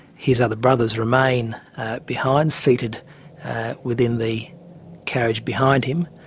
his other brothers remain behind, seated within the carriage behind him,